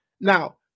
Now